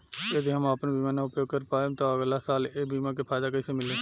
यदि हम आपन बीमा ना उपयोग कर पाएम त अगलासाल ए बीमा के फाइदा कइसे मिली?